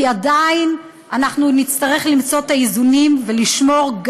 כי עדיין אנחנו נצטרך למצוא את האיזונים ולשמור,